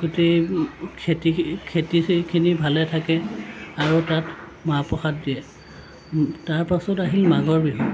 গোটেই খেতিখিনি ভালে থাকে আৰু তাত মাহ প্ৰসাদ দিয়ে তাৰপাছত আহিল মাঘৰ বিহু